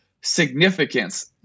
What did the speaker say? significance